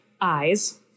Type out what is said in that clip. eyes